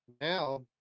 now